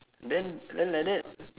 then then like that